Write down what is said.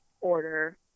order